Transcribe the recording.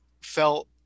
felt